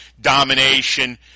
domination